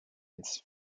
its